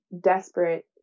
desperate